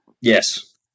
Yes